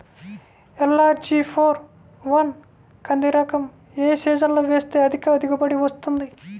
LRG four one కంది రకం ఏ సీజన్లో వేస్తె అధిక దిగుబడి వస్తుంది?